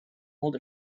hold